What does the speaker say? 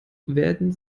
werden